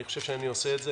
אני חושב שאני עושה את זה